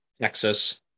Texas